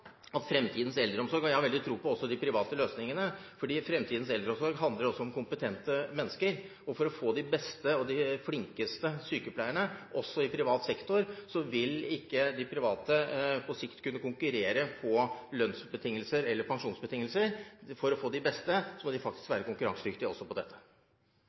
fordi fremtidens eldreomsorg også handler om kompetente mennesker, og for å få de beste og de flinkeste sykepleierne også i privat sektor, må de private på sikt kunne konkurrere på lønnsbetingelser og pensjonsbetingelser. For å få de beste må de faktisk være konkurransedyktige også på dette.